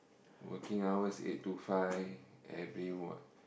working hours eight to five every what